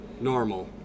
Normal